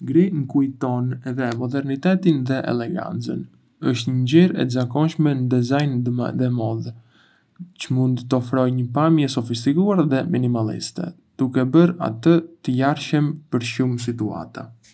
Gri më kujton modernitetin dhe elegancën. Është një ngjyrë e zakonshme në dizajn dhe modë, çë mund të ofrojë një pamje sofistikuar dhe minimaliste, duke e bërë atë të larmishëm për shumë situata.